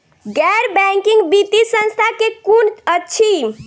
गैर बैंकिंग वित्तीय संस्था केँ कुन अछि?